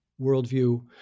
worldview